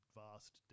vast